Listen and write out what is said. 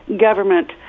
government